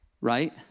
right